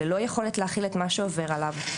ללא יכולת להכיל את מה שעובר עליו,